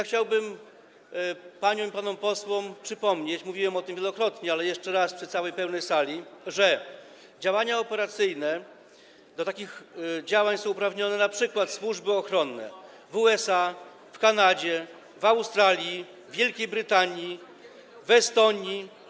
Chciałbym paniom i panom posłom przypomnieć, mówiłem o tym wielokrotnie, ale jeszcze raz, przy całej pełnej sali to powiem, że do takich działań uprawnione są np. służby ochronne w USA, Kanadzie, Australii, Wielkiej Brytanii, Estonii.